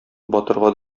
батырга